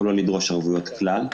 או לא לדרוש ערבויות כלל,